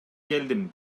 келдим